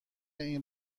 این